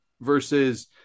versus